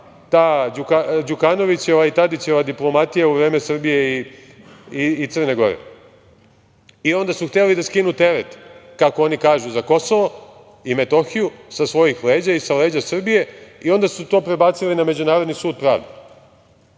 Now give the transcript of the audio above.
ta Đukanovićeva i Tadićeva diplomatija u vreme Srbije i Crne Gore. I onda su hteli da skinu teret, kako oni kažu za Kosovo i Metohiju, sa svojih leđa i sa leđa Srbije i onda su to prebacili na Međunarodni sud pravde.